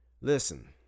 Listen